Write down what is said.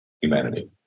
humanity